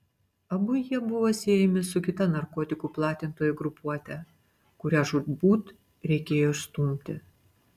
abu jie buvo siejami su kita narkotikų platintojų grupuote kurią žūtbūt reikėjo išstumti